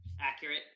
accurate